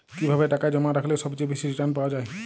কিভাবে টাকা জমা রাখলে সবচেয়ে বেশি রির্টান পাওয়া য়ায়?